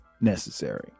necessary